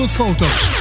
foto's